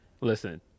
listen